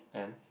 and